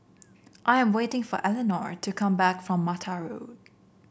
I am waiting for Eleanor to come back from Mata Road